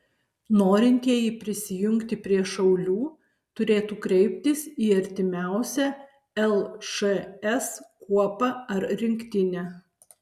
norintieji prisijungti prie šaulių turėtų kreiptis į artimiausią lšs kuopą ar rinktinę